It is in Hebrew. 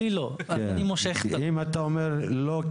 כי אם אתה אומר לא,